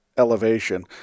elevation